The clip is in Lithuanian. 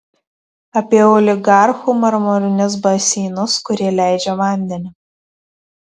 apie oligarchų marmurinius baseinus kurie leidžia vandenį